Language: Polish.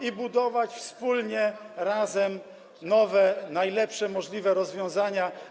i budować wspólnie, razem, nowe, najlepsze możliwe rozwiązania.